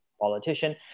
politician